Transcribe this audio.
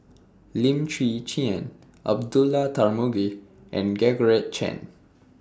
Lim Chwee Chian Abdullah Tarmugi and Georgette Chen